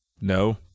no